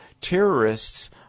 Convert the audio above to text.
terrorists